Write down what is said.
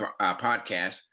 podcast